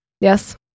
yes